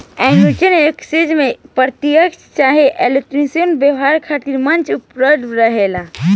future exchange में प्रत्यकछ चाहे इलेक्ट्रॉनिक व्यापार खातिर मंच उपलब्ध रहेला